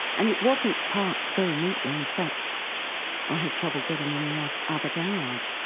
and it wasn't parked very neatly. in fact i had trouble getting in the other garage.